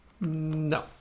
No